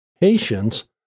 patience